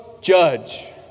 judge